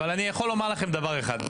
אבל אני יכול לומר לכם דבר אחד,